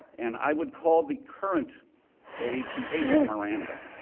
and i would call the current age, the age of miranda.